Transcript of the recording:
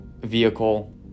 vehicle